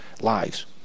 lives